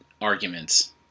arguments